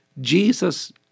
Jesus